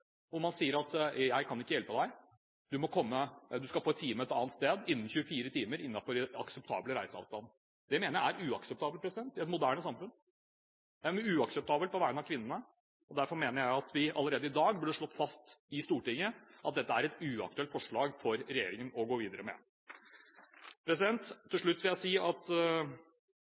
Det mener jeg er uakseptabelt i et moderne samfunn. Det er uakseptabelt på vegne av kvinnene. Derfor mener jeg at vi allerede i dag burde slått fast i Stortinget at dette er et uaktuelt forslag for regjeringen å gå videre med. Til slutt vil jeg si at